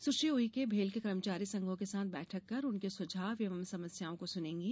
सुश्री उइके भेल के कर्मचारी संघों के साथ बैठक कर उनके सुझाव एवं समस्याओं को सुनेंगी